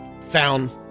found